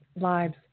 lives